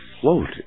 float